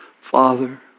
Father